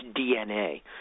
DNA